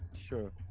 sure